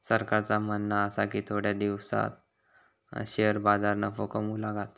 सरकारचा म्हणणा आसा की थोड्या दिसांत शेअर बाजार नफो कमवूक लागात